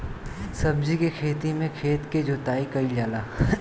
सब्जी के खेती में खेत के जोताई कईल जाला